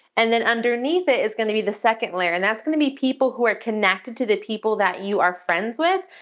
and then underneath it is gonna be the second layer and that's gonna be people who are connected to the people that you are friends with,